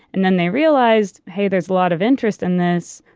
and then they realized, hey, there's a lot of interest in this.